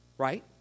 right